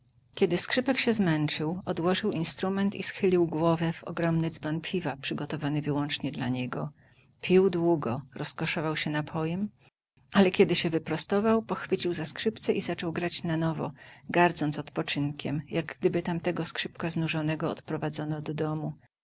kiedy skrzypek się zmęczył odłożył instrument i schylił głowę w ogromny dzban piwa przygotowany wyłącznie dla niego pił długo rozkoszował się napojem ale kiedy się wyprostował pochwycił za skrzypce i zaczął grać na nowo gardząc odpoczynkiem jak gdyby tamtego skrzypka znużonego odprowadzono do domu